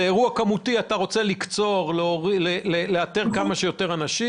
זה אירוע כמותי, אתה רוצה לאתר כמה שיותר אנשים.